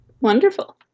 wonderful